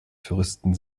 touristen